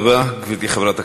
תודה רבה, גברתי חברת הכנסת.